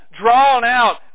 drawn-out